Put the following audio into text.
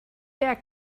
der